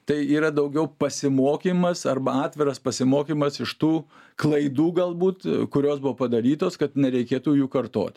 tai yra daugiau pasimokymas arba atviras pasimokymas iš tų klaidų galbūt kurios buvo padarytos kad nereikėtų jų kartot